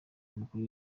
umukuru